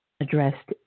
addressed